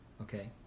okay